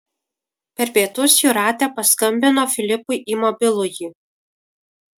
per pietus jūratė paskambino filipui į mobilųjį